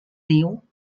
niu